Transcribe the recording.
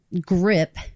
grip